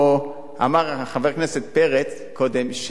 אמר חבר הכנסת פרץ קודם,